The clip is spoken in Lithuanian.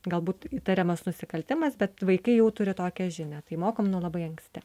galbūt įtariamas nusikaltimas bet vaikai jau turi tokią žinią tai mokom nuo labai anksti